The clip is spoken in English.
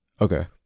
Okay